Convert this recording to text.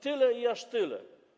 Tyle i aż tyle.